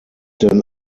denn